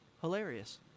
hilarious